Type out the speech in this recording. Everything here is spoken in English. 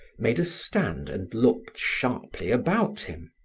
made a stand and looked sharply about him.